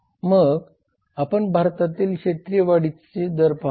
मग आपण भारतातील क्षेत्रीय वाढीचा दर पाहतो